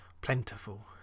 plentiful